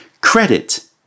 Credit